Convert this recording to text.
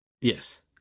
Yes